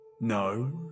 No